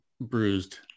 bruised